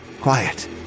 Quiet